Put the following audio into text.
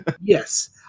yes